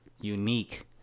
Unique